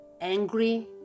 angry